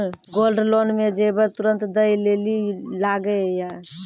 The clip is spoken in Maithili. गोल्ड लोन मे जेबर तुरंत दै लेली लागेया?